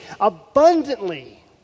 abundantly